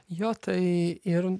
jo tai ir